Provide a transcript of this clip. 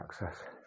access